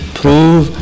prove